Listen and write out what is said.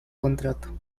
contrato